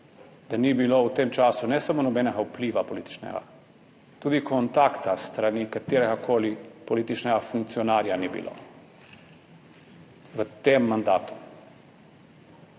da ni bilo v tem času ne samo nobenega vpliva, političnega, tudi kontakta s strani kateregakoli političnega funkcionarja ni bilo v tem mandatu.